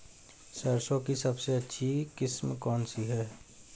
सरसों की सबसे अच्छी किस्म कौन सी है?